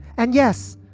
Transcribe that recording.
and yes,